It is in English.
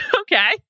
Okay